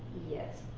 yes.